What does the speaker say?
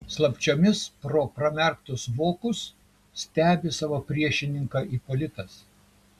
slapčiomis pro pramerktus vokus stebi savo priešininką ipolitas